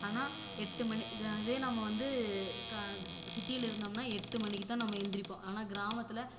ஆனால் எட்டு மணி இதே நம்ம வந்து சிட்டியில் இருந்தோம்னா எட்டு மணிக்கு தான் நம்ம எழுந்திரிப்போம் ஆனால் கிராமத்தில்